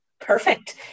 perfect